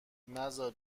نزار